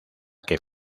que